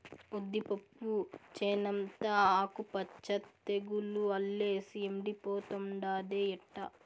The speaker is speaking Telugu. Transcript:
ఉద్దిపప్పు చేనంతా ఆకు మచ్చ తెగులు అల్లేసి ఎండిపోతుండాదే ఎట్టా